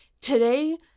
today